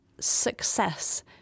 success